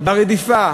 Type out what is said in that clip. ברדיפה